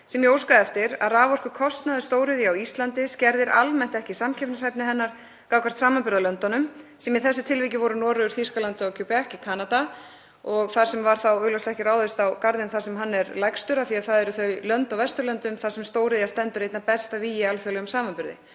sem ég óskaði eftir, að raforkukostnaður stóriðju á Íslandi skerðir almennt ekki samkeppnishæfni hennar gagnvart samanburðarlöndunum, sem í þessu tilviki voru Noregur, Þýskaland og Québec í Kanada. Þar var augljóslega ekki ráðist á garðinn þar sem hann er lægstur því að það eru þau lönd á Vesturlöndum þar sem stóriðja stendur einna best að vígi í alþjóðlegum samanburði.